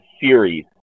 series